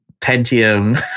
Pentium